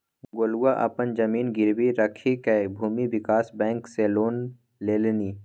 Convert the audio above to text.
गोलुआ अपन जमीन गिरवी राखिकए भूमि विकास बैंक सँ लोन लेलनि